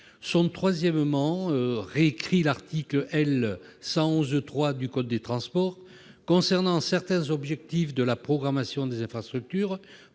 une nouvelle rédaction de l'article L. 1111-3 du code des transports concernant certains objectifs de la programmation des infrastructures.